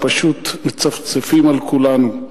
פשוט מצפצפים על כולנו.